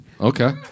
Okay